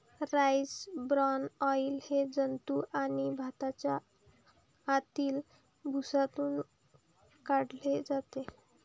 rice bran oil हे जंतू आणि भाताच्या आतील भुसातून काढले जाते